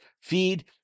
feed